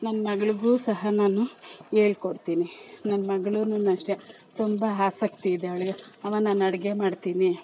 ನನ್ನ ಮಗಳಿಗೂ ಸಹ ನಾನು ಹೇಳ್ಕೊಡ್ತೀನಿ ನನ್ನ ಮಗಳೂನು ಅಷ್ಟೇ ತುಂಬ ಆಸಕ್ತಿ ಇದೆ ಅವಳಿಗೆ ಅಮ್ಮ ನಾನು ಅಡುಗೆ ಮಾಡ್ತೀನಿ